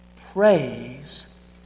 Praise